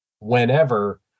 whenever